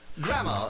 Grammar